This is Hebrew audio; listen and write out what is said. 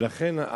ולכן,